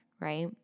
right